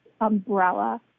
umbrella